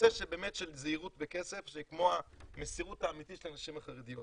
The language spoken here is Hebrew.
נושא באמת של זהירות בכסף שכמו המסירות האמיתית של הנשים החרדיות.